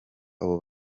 abo